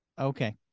Okay